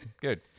Good